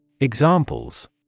Examples